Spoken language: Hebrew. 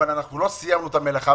אבל אנחנו לא סיימנו את המלאכה.